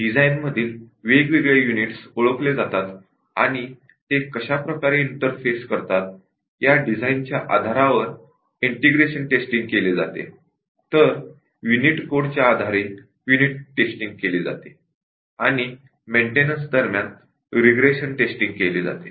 design मधील वेगवेगळे units ओळखले जातात आणि ते कशाप्रकारे इंटरफेस करतात या डिझाइनच्या आधारावर ईंटेग्रेशन टेस्टिंग केली जाते तर युनिटच्या कोडच्या आधारे युनिट टेस्टिंग केली जाते आणि मेन्टेनन्स दरम्यान रिग्रेशन टेस्टिंग केली जाते